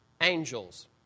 angels